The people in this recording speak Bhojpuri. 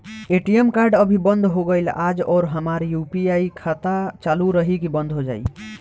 ए.टी.एम कार्ड अभी बंद हो गईल आज और हमार यू.पी.आई खाता चालू रही की बन्द हो जाई?